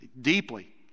deeply